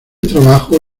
trabajo